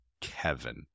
Kevin